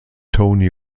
tony